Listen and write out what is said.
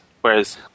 Whereas